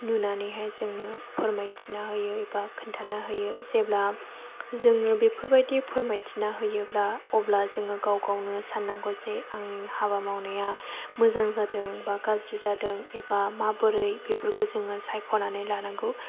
नुनानैहाय जोंनो फोरमायथिना होयो एबा खोन्थाना होयो जेब्ला जोङो बेफोरबायदि फोरमायथिना होयोब्ला अब्ला जोङो गाव गावनो साननांगौ जे आंनि हाबा मावनाया मोजां जादों एबा गाज्रि जादों एबा माबोरै बेफोरखौ जोङो सायख'नानै लानांगौ